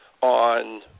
on